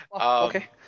okay